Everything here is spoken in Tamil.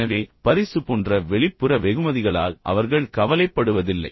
எனவே பரிசு போன்ற வெளிப்புற வெகுமதிகளால் அவர்கள் கவலைப்படுவதில்லை